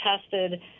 tested